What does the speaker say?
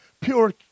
pure